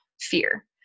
fear